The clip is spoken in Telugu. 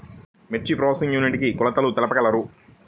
మిర్చి ప్రోసెసింగ్ యూనిట్ కి కొలతలు తెలుపగలరు?